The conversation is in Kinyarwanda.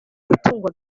gutungwa